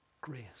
grace